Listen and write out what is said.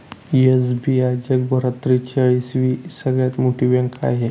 SBI जगभरात त्रेचाळीस वी सगळ्यात मोठी बँक आहे